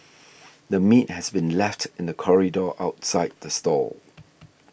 the meat has been left in the corridor outside the stall